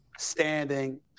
Standing